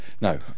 No